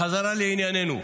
בחזרה לענייננו.